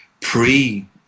pre